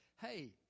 Hey